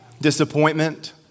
disappointment